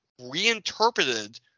reinterpreted